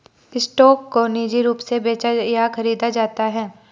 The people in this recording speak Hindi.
स्टॉक को निजी रूप से बेचा या खरीदा जाता है